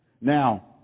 Now